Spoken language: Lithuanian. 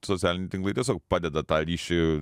socialiniai tinklai tiesiog padeda tą ryšį